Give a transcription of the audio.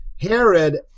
Herod